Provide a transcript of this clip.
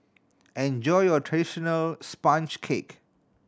enjoy your traditional sponge cake